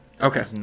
Okay